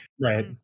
Right